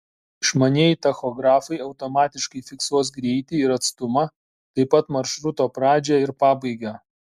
išmanieji tachografai automatiškai fiksuos greitį ir atstumą taip pat maršruto pradžią ir pabaigą